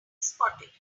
spotted